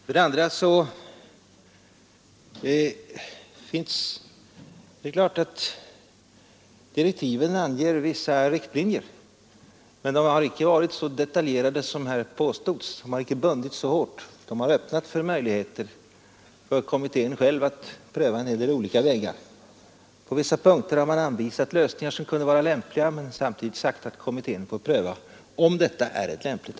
För det andra anger direktiven naturligtvis vissa riktlinjer, men de är inte så detaljerade som herr Hernelius påstod. De har inte bundits så hårt. De har lämnat möjligheter för kommittén själv att pröva en hel del olika vägar. På vissa punkter har vi anvisat lösningar som kunde vara lämpliga, men samtidigt har det sagts att kommittén får pröva även andra alterna tiv.